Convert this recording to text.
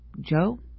Joe